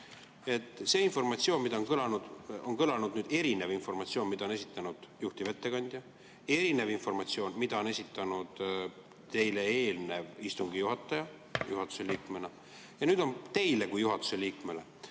See informatsioon, mis on kõlanud, on olnud erinev – see informatsioon, mida on esitanud juhtivettekandja, see informatsioon, mida on esitanud teile eelnenud istungi juhataja juhatuse liikmena. Ja nüüd on teile kui juhatuse liikmele